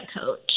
coach